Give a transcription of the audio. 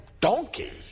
donkey